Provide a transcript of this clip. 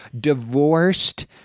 divorced